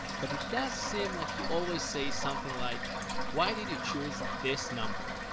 but it does seem like he always say something like why did you choose this number.